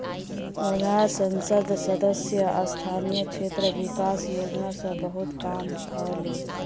वर्धात संसद सदस्य स्थानीय क्षेत्र विकास योजना स बहुत काम ह ले